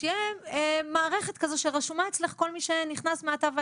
שתהיה מערכת כזאת שרשומה אצלך עם כל מי שנכנס מעתה ואילך.